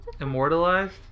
Immortalized